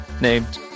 named